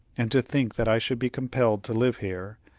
and to think that i should be compelled to live here,